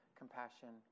compassion